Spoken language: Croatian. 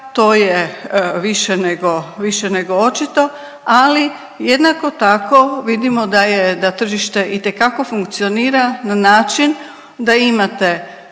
nego, više nego očito, ali jednako tako vidimo da je, da tržište itekako funkcionira na način da imate